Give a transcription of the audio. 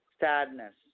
Sadness